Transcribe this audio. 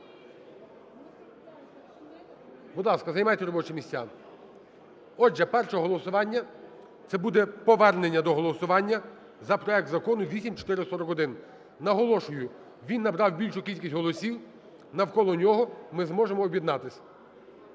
Будь ласка, займайте робочі місця. Отже, перше голосування - це буде повернення до голосування за проект Закону 8441. Наголошую, він набрав більшу кількість голосів, навколо нього ми зможемо об'єднатись.